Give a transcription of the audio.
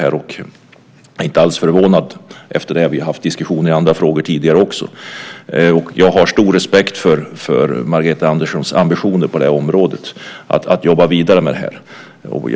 Jag är inte alls förvånad efter de diskussioner vi har haft i andra frågor tidigare. Jag har stor respekt för Margareta Anderssons ambitioner att jobba vidare på det här området.